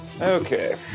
Okay